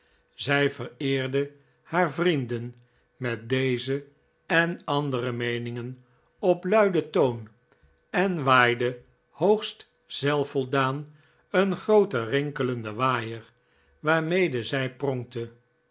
zij vereerde haar vrienden met deze en andere meeningen op luiden toon en waaide hoogst zelfvoldaan een grooten rinkelenden waaier waarmede zij pronkte